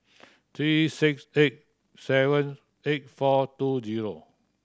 three six eight seven eight four two zero